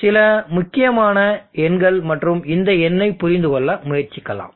இவை சில முக்கியமான எண்கள் மற்றும் இந்த எண்ணைப் புரிந்துகொள்ள முயற்சிக்கலாம்